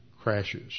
crashes